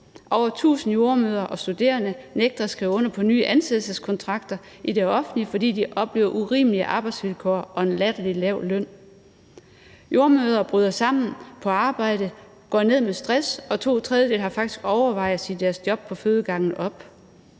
Over 1.000 jordemødre og studerende nægter at skrive under på nye ansættelseskontrakter i det offentlige, fordi de oplever urimelige arbejdsvilkår og en latterlig lav løn. Jordemødre bryder sammen på arbejdet og går ned med stress, og to tredjedele har faktisk overvejet at sige deres job på fødegangen op.